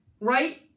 right